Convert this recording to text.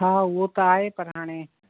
हा उहो त आहे पर हाणे